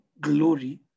glory